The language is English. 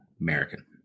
American